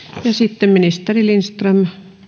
esitystä sitten ministeri lindström